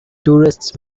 tourists